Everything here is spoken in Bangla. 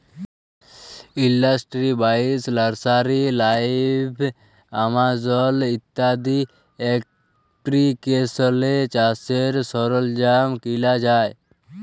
ইলডাস্টিরি বাইশ, লার্সারি লাইভ, আমাজল ইত্যাদি এপ্লিকেশলে চাষের সরল্জাম কিলা যায়